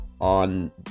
on